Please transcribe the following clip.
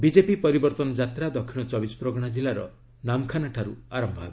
BJP ପରିବର୍ତ୍ତନ ଯାତ୍ରା ଦକ୍ଷିଣ ଚବିଶପ୍ରଗଣା ଜିଲ୍ଲାର ନାମ୍ଖାନାଠାରୁ ଆରମ୍ଭ ହେବ